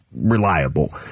reliable